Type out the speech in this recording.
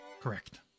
correct